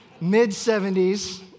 mid-70s